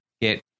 get